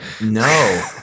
No